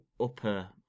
upper